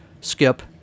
Skip